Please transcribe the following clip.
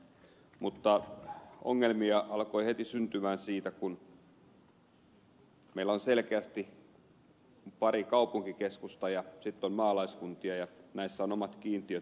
mutta ongelmia alkoi heti syntyä siitä kun meillä on selkeästi pari kaupunkikeskusta ja sitten on maalaiskuntia ja näissä on takseille omat kiintiöt